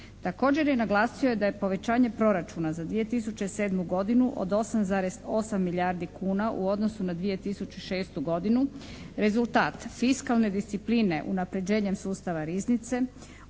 Također je naglasio da je povećanje proračuna za 2007. godinu od 8,8 milijardi kuna u odnosu na 2006. godinu rezultat fiskalne discipline unapređenjem sustava riznice,